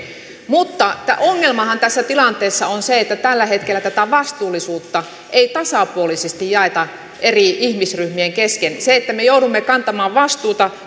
mutta ongelmahan tässä tilanteessa on se että tällä hetkellä tätä vastuullisuutta ei tasapuolisesti jaeta eri ihmisryhmien kesken kun me joudumme kantamaan vastuuta